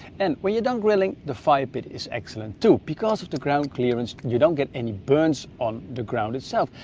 and when you're done grilling the firepit is excellent too. because of the ground clearance you don't get any burns on the ground itself.